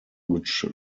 which